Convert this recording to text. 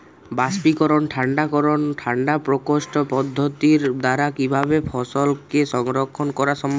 বাষ্পীকরন ঠান্ডা করণ ঠান্ডা প্রকোষ্ঠ পদ্ধতির দ্বারা কিভাবে ফসলকে সংরক্ষণ করা সম্ভব?